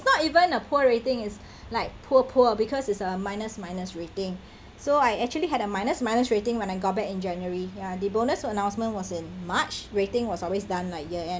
it's not even a poor rating it's like poor poor because it's a minus minus rating so I actually had a minus minus rating when I go back in january ya the bonus announcement was in march rating was always done like year end